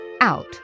out